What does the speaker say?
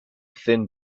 thin